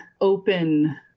open